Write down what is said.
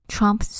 Trump